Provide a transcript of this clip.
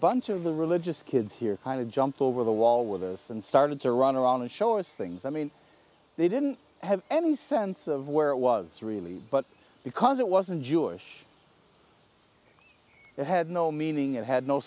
bunch of the religious kids here kind of jumped over the wall with us and started to run around the show as things i mean they didn't have any sense of where it was really but because it wasn't jewish it had no meaning it had no